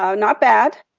ah not bad,